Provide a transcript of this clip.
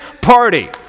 party